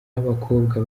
b’abakobwa